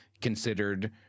considered